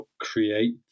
create